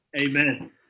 Amen